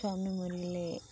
ସ୍ୱାମୀ ମରିଗଲେ